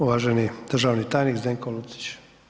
Uvaženi državni tajnik Zdenko Lucić.